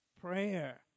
prayer